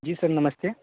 जी sir नमस्ते